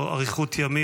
אריכות ימים,